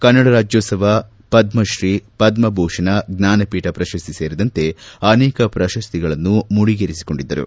ಕನ್ನಡ ರಾಜ್ಜೋತ್ಸವ ಪದ್ರಶ್ರೀ ಪದ್ಧಭೂಷಣ ಪ್ರಶಸ್ತಿ ಸೇರಿದಂತೆ ಅನೇಕ ಪ್ರಶಸ್ತಿಗಳನ್ನು ಮುಡಿಗೇರಿಸಿಕೊಂಡಿದ್ದರು